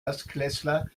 erstklässler